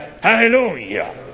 Hallelujah